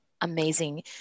amazing